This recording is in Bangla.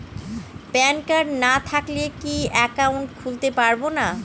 প্যান কার্ড না থাকলে কি একাউন্ট খুলতে পারবো না?